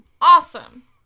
Awesome